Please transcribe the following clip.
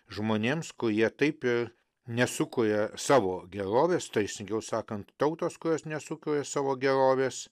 žmonėms kurie taip ir nesukuria savo gerovės teisingiau sakant tautos kurios nesukuria savo gerovės